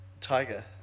Tiger